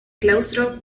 claustro